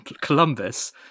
Columbus